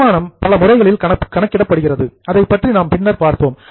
தேய்மானம் பல முறைகளில் கணக்கிடப்படுகிறது அதை பற்றி நாம் பின்னர் பார்ப்போம்